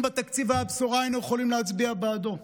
אם בתקציב הייתה בשורה, היינו יכולים להצביע בעדו,